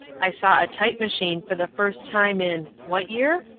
i saw a type-machine for the first time in what year?